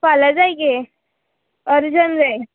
फाल्यां जाय गे अर्जन जाय